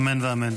אמן ואמן.